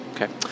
Okay